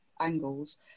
angles